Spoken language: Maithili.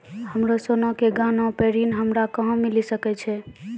हमरो सोना के गहना पे ऋण हमरा कहां मिली सकै छै?